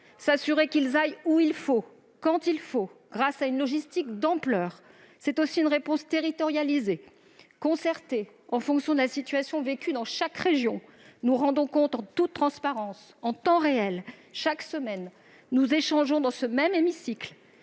assurer que ceux-ci aillent où il faut, quand il le faut, grâce à une logistique d'ampleur. Notre réponse est territorialisée, concertée, en fonction de la situation vécue dans chaque région. Nous rendons compte en toute transparence, en temps réel, chaque semaine, nous échangeons dans cet hémicycle